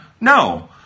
No